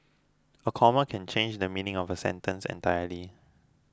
a comma can change the meaning of a sentence entirely